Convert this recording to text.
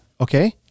Okay